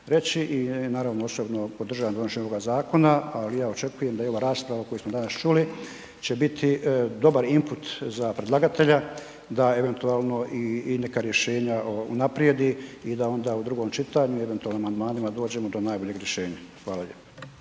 i naravno osobno podržavam donošenje ovoga zakona, ali ja očekujem da i ova rasprava koju smo danas čuli će biti dobar imput za predlagatelja da eventualno i neka rješenja unaprijedi i da onda u drugom čitanju, eventualno amandmanima dođemo do najboljeg rješenja. Hvala lijepo.